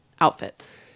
outfits